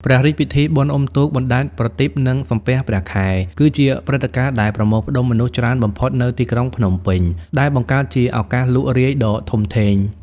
ព្រះរាជពិធីបុណ្យអុំទូក បណ្តែតប្រទីប និងសំពះព្រះខែ គឺជាព្រឹត្តិការណ៍ដែលប្រមូលផ្តុំមនុស្សច្រើនបំផុតនៅទីក្រុងភ្នំពេញ ដែលបង្កើតជាឱកាសលក់រាយដ៏ធំធេង។